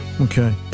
Okay